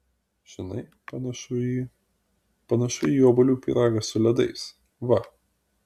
žinai panašu į panašu į obuolių pyragą su ledais va